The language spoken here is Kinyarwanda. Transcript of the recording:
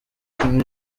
king